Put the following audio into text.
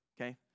Okay